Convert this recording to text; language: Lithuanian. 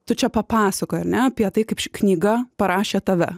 tu čia papasakojai ar ne apie tai kaip ši knyga parašė tave